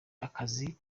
akazi